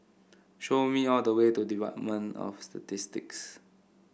show me all the way to Department of the Statistics